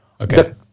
okay